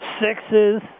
sixes